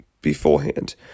beforehand